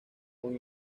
con